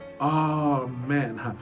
Amen